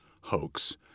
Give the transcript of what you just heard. Hoax